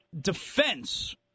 defense